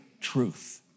truth